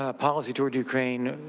ah policy towards ukraine?